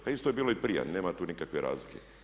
Pa isto je bilo i prije, nema tu nikakve razlike.